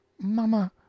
Mama